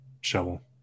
shovel